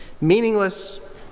meaningless